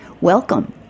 Welcome